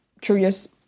curious